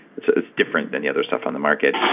it's it's different than the other stuff on the market.